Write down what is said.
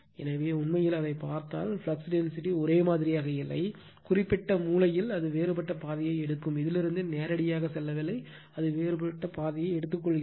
எனவே உண்மையில் அதைப் பார்த்தால் ஃப்ளக்ஸ் டென்சிட்டி ஒரே மாதிரியாக இல்லை குறிப்பிட்ட மூலையில் அது வேறுபட்ட பாதையை எடுக்கும் இதிலிருந்து நேரடியாக செல்லவில்லை அது வேறுபட்ட பாதையை எடுத்து வருகிறது